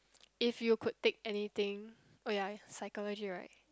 if you could take anything oh ya psychology right